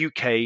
UK